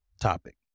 topic